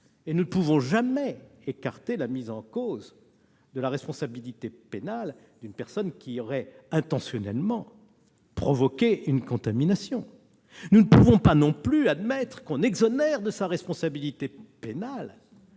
: nous ne pouvons jamais écarter la mise en cause de la responsabilité pénale d'une personne qui aurait intentionnellement provoqué une contamination, ni admettre qu'on exonère de sa responsabilité pénale